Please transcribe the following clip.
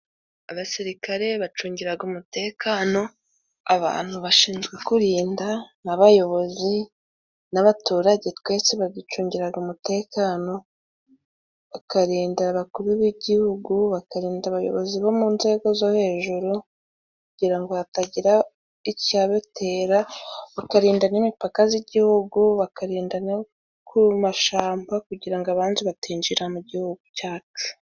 Abasirikare bacungira umutekano abantu bashinjzwe kurinda, n'abayobozi n'abaturage twese baducungira umutekano, bakarinda abakuru b'Igihugu, bakarinda abayobozi bo mu nzego zo hejuru, kugira ngo hatagira icyabatera, bakarinda n'imipaka y'Igihugu, bakarinda no ku mashyamba kugira ngo abanzi batinjira mu Gihugu cyacu.